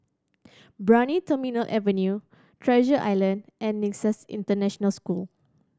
Brani Terminal Avenue Treasure Island and Nexus International School